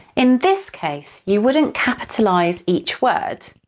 in this case, you wouldn't capitalise each word,